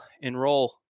enroll